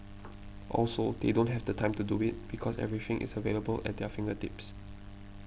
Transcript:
also they don't have the time to do it because everything is available at their fingertips